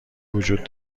وجود